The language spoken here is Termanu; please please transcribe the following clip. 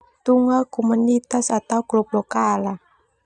Tunga komunitas atau grup lokal.